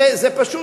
זה פשוט,